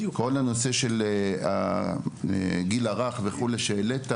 כל הנושא של הגיל הרך שהעלית,